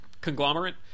conglomerate